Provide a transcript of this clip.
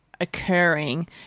occurring